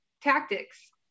tactics